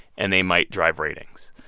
and they might drive ratings